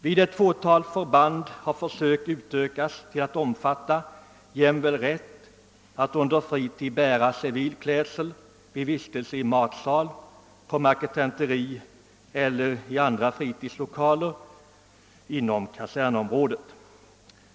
Vid ett fåtal förband har försöken utökats till att omfatta jämväl rätt att under fredstid bära civil klädsel vid vistelse i matsal, på marketenteri eller i andra fritidslokaler inom kasernområdet.